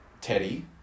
Teddy